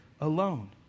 alone